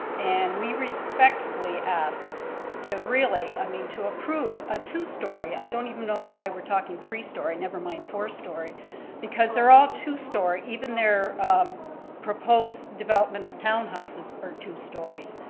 and we respectfully asked to really, i mean to approve a two story, i don't even know why we're talking three story nevermind four story because they're all two story, even their proposed development of townhouses are two stories.